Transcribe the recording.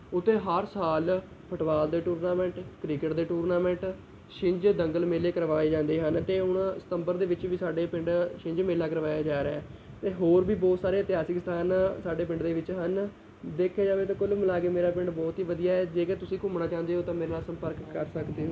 ਉੱਥੇ ਹਰ ਸਾਲ ਫੁੱਟਬਾਲ ਦੇ ਟੂਰਨਾਮੈਂਟ ਕ੍ਰਿਕਟ ਦੇ ਟੂਰਨਾਮੈਂਟ ਛਿੰਝ ਦੰਗਲ ਮੇਲੇ ਕਰਵਾਏ ਜਾਂਦੇ ਹਨ ਅਤੇ ਹੁਣ ਸਤੰਬਰ ਦੇ ਵਿੱਚ ਵੀ ਸਾਡੇ ਪਿੰਡ ਛਿੰਝ ਮੇਲਾ ਕਰਵਾਇਆ ਜਾ ਰਿਹਾ ਅਤੇ ਹੋਰ ਵੀ ਬਹੁਤ ਸਾਰੇ ਇਤਿਹਾਸਿਕ ਅਸਥਾਨ ਸਾਡੇ ਪਿੰਡ ਦੇ ਵਿੱਚ ਹਨ ਦੇਖਿਆ ਜਾਵੇ ਤਾਂ ਕੁੱਲ ਮਿਲਾ ਕੇ ਮੇਰਾ ਪਿੰਡ ਬਹੁਤ ਹੀ ਵਧੀਆ ਹੈ ਜੇਕਰ ਤੁਸੀਂ ਘੁੰਮਣਾ ਚਾਹੁੰਦੇ ਹੋ ਤਾਂ ਮੇਰੇ ਨਾਲ ਸੰਪਰਕ ਕਰ ਸਕਦੇ ਹੋ